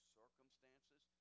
circumstances